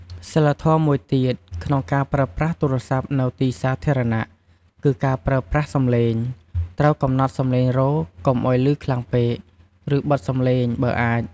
សីលធម៌មួយទៀត ក្នុងការប្រើប្រាស់ទូរស័ព្ទនៅទីសាធារណៈ គឺ ការប្រើប្រាស់សម្លេង ត្រូវកំណត់សម្លេងរោទ៍កុំឲ្យឮខ្លាំងពេក ឬបិទសំឡេងបើអាច។